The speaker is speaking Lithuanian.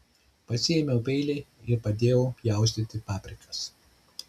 pasiėmiau peilį ir padėjau pjaustyti paprikas